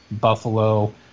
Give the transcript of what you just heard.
Buffalo